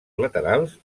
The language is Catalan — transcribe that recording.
laterals